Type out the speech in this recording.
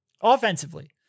Offensively